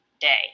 day